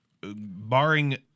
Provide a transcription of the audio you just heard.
barring